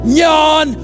Nyan